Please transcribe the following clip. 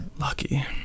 lucky